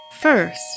First